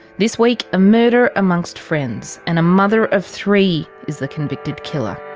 this week a murder amongst friends. and a mother of three is the convicted killer.